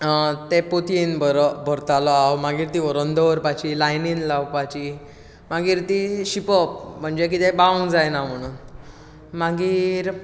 तें पोतयेंत भर भरतालो हांव मागीर तीं व्हरून दवरपाचीं लायनीन लावपाचीं मागीर तीं शिपप म्हणजे कितें बावंक जायना म्हणून मागीर